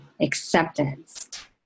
acceptance